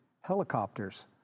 helicopters